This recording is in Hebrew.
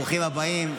ברוכים הבאים.